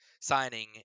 signing